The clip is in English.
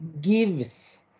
gives